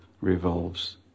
revolves